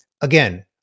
again